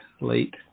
late